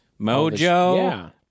mojo